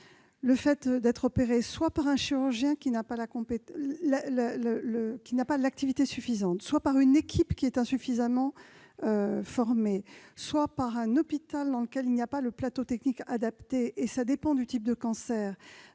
le fait d'être opéré soit par un chirurgien qui n'a pas l'activité suffisante, soit par une équipe insuffisamment formée, soit par un hôpital ne disposant pas du plateau technique adapté- cela dépend du type de cancer